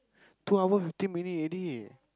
two hour fifteen minute already